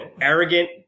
Arrogant